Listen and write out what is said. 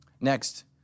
Next